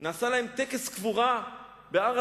נעשה להם טקס קבורה בהר-הזיתים.